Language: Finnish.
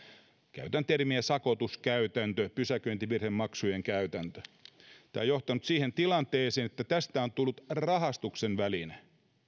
käytän termiä sakotuskäytäntö pysäköintivirhemaksujen käytäntö on johtanut siihen uskomattomaan tilanteeseen että tästä on tullut rahastuksen väline